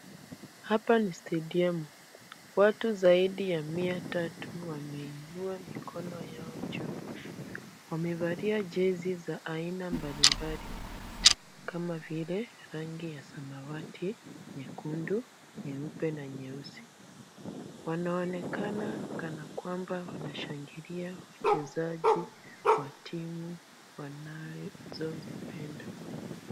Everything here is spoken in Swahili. Hapa ni stadiamu watu saidi ya mia tatu wameinua mikono yao juu wamevalia jezi za aina mbalimbali kama vile rangi ya samawati, nyekundu, nyeupe na nyeusi wanaonekana kanakwamba wanashangilia wachezaji wa timu wanazozipenda.